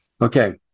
Okay